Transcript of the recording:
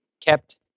kept